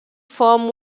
form